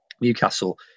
Newcastle